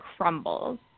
crumbles